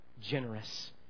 generous